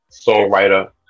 songwriter